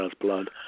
blood